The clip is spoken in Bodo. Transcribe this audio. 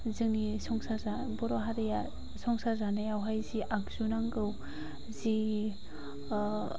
जोंनि संसार जानाय बर' हारिया संसार जानायावहाय जि आगजु नांगौ जि